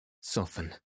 soften